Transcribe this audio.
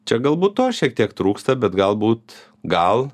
čia galbūt to šiek tiek trūksta bet galbūt gal